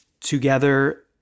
together